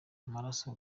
amaraso